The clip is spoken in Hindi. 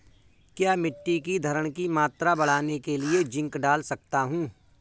क्या मिट्टी की धरण की मात्रा बढ़ाने के लिए जिंक डाल सकता हूँ?